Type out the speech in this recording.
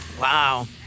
Wow